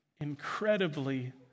incredibly